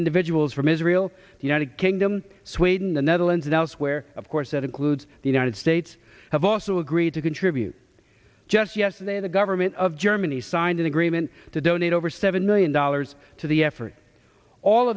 individuals from israel the united kingdom sweden the netherlands and elsewhere of course that includes the united states have also agreed to contribute just yesterday the government of germany signed an agreement to donate over seven million dollars to the effort all